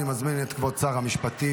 אני מזמין את כבוד שר המשפטים,